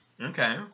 Okay